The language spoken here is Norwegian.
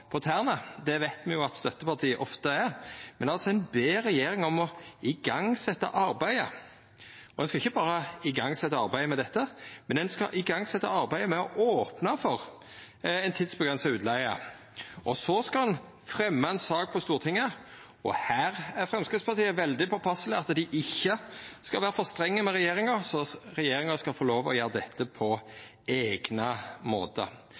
det veit me jo at støtteparti ofte er. Men altså: Ein «ber regjeringen om å igangsette arbeidet», og ein skal ikkje berre setja i gang arbeidet med dette, ein skal setja i gang arbeidet med «å åpne for tidsbegrenset utleie», og så skal ein fremja sak for Stortinget. Her er Framstegspartiet veldig påpasseleg med at dei ikkje skal vera for strenge med regjeringa; regjeringa skal få lov til å gjera dette «på egnet måte».